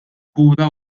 kura